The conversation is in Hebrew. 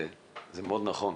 זה מאוד נכון.